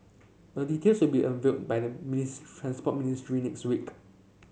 the details will be unveiled by the Transport Ministry next week